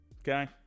okay